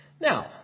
Now